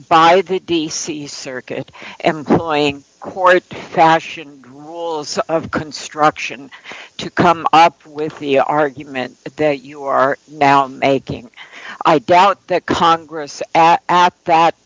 by the d c circuit employing court passion of construction to come up with the argument that you are now making i doubt that congress at that